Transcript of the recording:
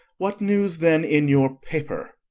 what news, then, in your paper?